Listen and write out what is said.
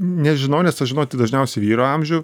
nežinau nes sužinoti dažniausiai vyro amžių